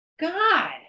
god